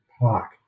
park